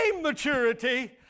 maturity